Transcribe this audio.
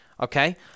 okay